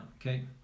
okay